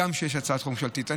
הגם שיש הצעת חוק ממשלתית.